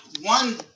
one